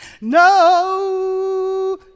no